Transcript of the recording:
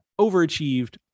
overachieved